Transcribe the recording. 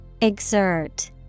Exert